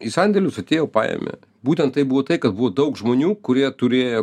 į sandėlius atėjo paėmė būtent tai buvo tai kad buvo daug žmonių kurie turėjo